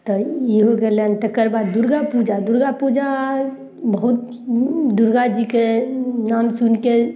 तऽ ई हो गेलनि तकर बाद दुर्गा पूजा दुर्गा पूजा बहुत दुर्गा जीके नाम सुनि कऽ